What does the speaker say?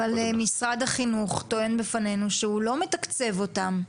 אבל משרד החינוך טוען בפנינו שהוא לא מתקצב אותם.